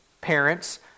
parents